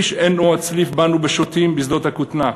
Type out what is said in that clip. איש אינו מצליף בנו בשוטים בשדות הכותנה,